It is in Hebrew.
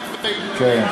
כן.